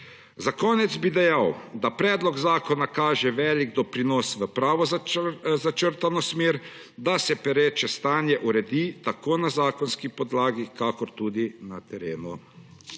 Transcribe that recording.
Za konec bi dejal, da predlog zakona kaže velik doprinos v prav začrtano smer, da se pereče stanje uredi na zakonski podlagi in tudi na terenu.